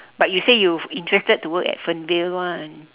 but you say you interested to work at fernvale one